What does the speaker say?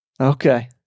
Okay